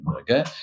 Okay